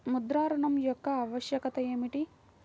ముద్ర ఋణం యొక్క ఆవశ్యకత ఏమిటీ?